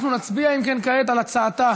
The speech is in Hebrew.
כעת אנחנו נצביע, אם כן, על הצעתה,